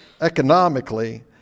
economically